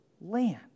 land